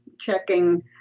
checking